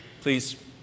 Please